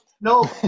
No